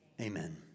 amen